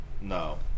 No